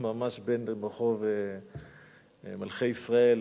ברחוב מלכי-ישראל,